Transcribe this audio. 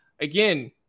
again